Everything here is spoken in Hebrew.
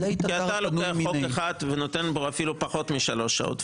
כי אתה לוקח חוק אחד ונותן בו אפילו פחות משלוש שעות.